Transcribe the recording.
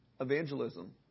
evangelism